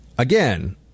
Again